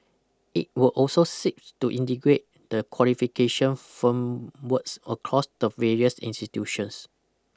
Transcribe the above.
it will also seek to integrate the qualification firmworks across the various institutions